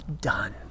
done